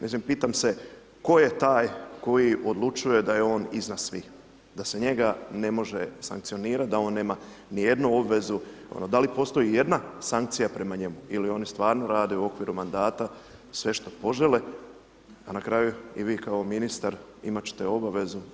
Mislim, pitam se tko je taj tko odlučuje da je on iznad svih, da se njega ne može sankcionirati, da on nema ni jednu obvezu, ono da li postoji i jedna sankcija prema njemu ili oni stvarno rade u okviru mandata sve što požele a na kraju i vi kao ministar imati ćete obavezu,